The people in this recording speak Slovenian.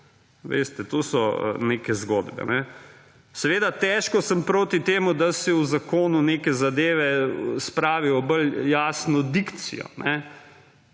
Veste, to so neke zgodbe. Seveda težko sem proti temu, da si v zakonu neke zadeve spravijo bolj v jasno dikcijo,